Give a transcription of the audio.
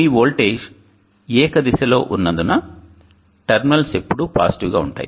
మీ voltage ఏక దిశలో ఉన్నందున టెర్మినల్స్ ఎల్లప్పుడూ పాజిటివ్గా ఉంటాయి